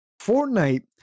Fortnite